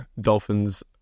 Dolphins